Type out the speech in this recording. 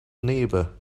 neighbour